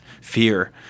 fear